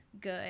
good